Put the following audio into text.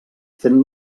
fent